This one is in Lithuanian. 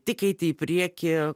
tik eiti į priekį